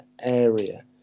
area